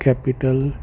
capital